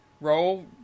roll